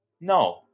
no